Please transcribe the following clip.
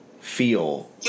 feel